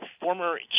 former